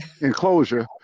enclosure